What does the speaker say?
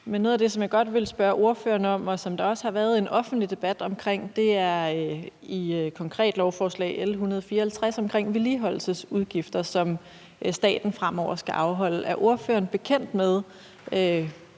noget af det, som jeg godt vil spørge ordføreren om, og som der også har været en offentlig debat omkring, handler konkret om lovforslag L 154 vedrørende vedligeholdelsesudgifter, som staten fremover skal afholde. Er ordføreren bekendt med,